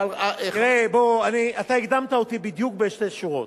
תראה, אתה הקדמת אותי בדיוק בשתי שורות.